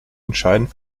entscheidend